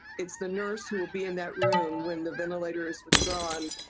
it's the nurse who will be in that room when the ventilator is withdrawn.